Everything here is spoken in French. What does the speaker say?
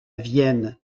vienne